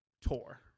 tour